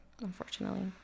unfortunately